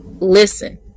listen